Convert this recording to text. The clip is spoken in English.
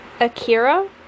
Akira